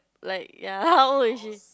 like ya how old is she